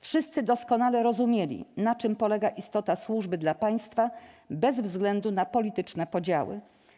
Wszyscy doskonale rozumieli, na czym polega istota służby dla państwa, bez względu na polityczne podziały.